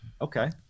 Okay